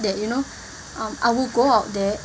that you know I would go out there